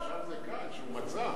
עכשיו זה קל, הוא מצא.